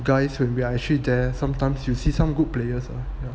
guys when we are actually there sometimes you see some good players yeah